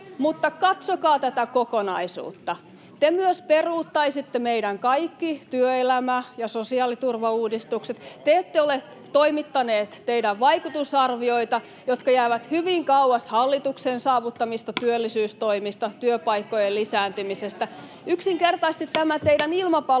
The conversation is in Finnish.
Mutta katsokaa tätä kokonaisuutta. Te myös peruuttaisitte meidän kaikki työelämä- ja sosiaaliturvauudistukset, te ette ole toimittaneet teidän vaikutusarvioita, jotka jäävät hyvin kauas hallituksen saavuttamista työllisyystoimista, työpaikkojen lisääntymisestä. [Sosiaalidemokraattien ryhmästä: